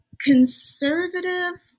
conservative